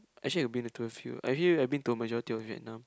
actually I been to a few I actually been to majority of Vietnam